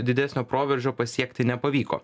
didesnio proveržio pasiekti nepavyko